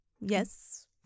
Yes